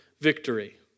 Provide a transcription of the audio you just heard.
victory